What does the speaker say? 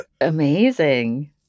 Amazing